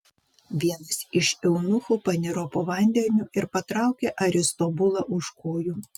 vienas iš eunuchų paniro po vandeniu ir patraukė aristobulą už kojų